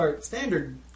standard